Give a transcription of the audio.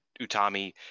utami